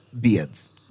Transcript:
Beards